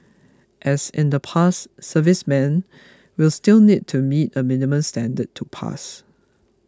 as in the past servicemen will still need to meet a minimum standard to pass